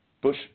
Bush